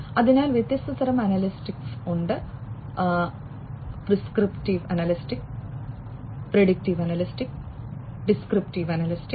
അതിനാൽ വ്യത്യസ്ത തരം അനലിറ്റിക്സ് ഉണ്ട് prescriptive analytics predictive analytics descriptive analytics